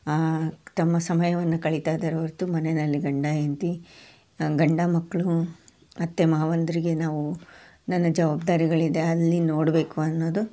ತಮ್ಮ ಸಮಯವನ್ನು ಕಳೀತಾ ಇದ್ದಾರೆ ಹೊರ್ತು ಮನೆಯಲ್ಲಿ ಗಂಡ ಹೆಂಡ್ತಿ ಗಂಡ ಮಕ್ಕಳು ಅತ್ತೆ ಮಾವಂದಿರಿಗೆ ನಾವು ನನ್ನ ಜವಾಬ್ದಾರಿಗಳಿದೆ ಅಲ್ಲಿ ನೋಡಬೇಕು ಅನ್ನೋದು